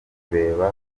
kureba